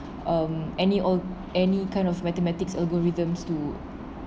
um any or any kind of mathematics algorithms to